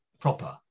proper